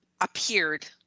appeared